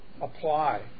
apply